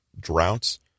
droughts